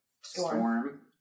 Storm